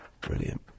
Brilliant